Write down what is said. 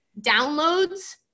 downloads